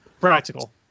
Practical